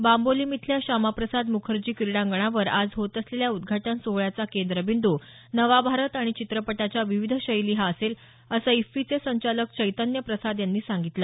बांबोलीम इथल्या श्यामा प्रसाद मुखर्जी क्रीडांगणावर आज होत असलेल्या उद्घाटन सोहळ्याचा केंद्रबिंद् नवा भारत आणि चित्रपटाच्या विविध शैली हा असेल असं ईफ्फीचे संचालक चैतन्य प्रसाद यांनी सांगितलं